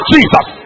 Jesus